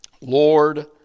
Lord